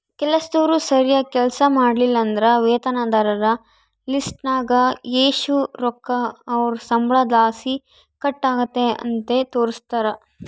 ಕೆಲಸ್ದೋರು ಸರೀಗ್ ಕೆಲ್ಸ ಮಾಡ್ಲಿಲ್ಲುದ್ರ ವೇತನದಾರರ ಲಿಸ್ಟ್ನಾಗ ಎಷು ರೊಕ್ಕ ಅವ್ರ್ ಸಂಬಳುದ್ಲಾಸಿ ಕಟ್ ಆಗೆತೆ ಅಂತ ತೋರಿಸ್ತಾರ